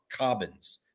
Cobbins